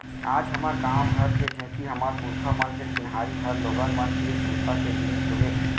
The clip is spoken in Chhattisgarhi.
आज हमर गॉंव घर के ढेंकी हमर पुरखा मन के चिन्हारी हर लोगन मन तीर सुरता के जिनिस होगे